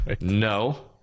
No